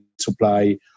supply